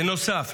בנוסף,